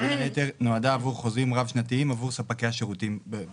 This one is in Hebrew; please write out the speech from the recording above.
בין היתר נועדה עבור חוזים רב-שנתיים עבור ספקי השירותים בתוכניות הללו.